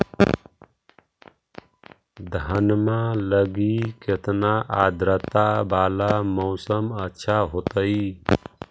धनमा लगी केतना आद्रता वाला मौसम अच्छा होतई?